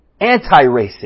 Anti-racist